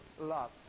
love